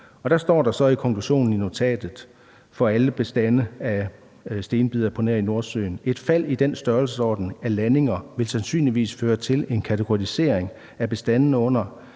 Der står der så i konklusionen i notatet for alle bestande af stenbider på nær i Nordsøen: Et fald i den størrelsesorden af landinger vil sandsynligvis føre til en kategorisering af bestandene under